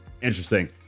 Interesting